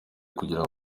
ukugira